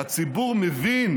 הציבור מבין,